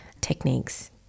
techniques